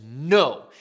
no